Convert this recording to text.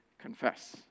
confess